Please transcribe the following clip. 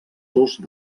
dos